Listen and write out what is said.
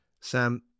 sam